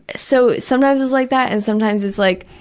so sometimes it's like that and sometimes it's like,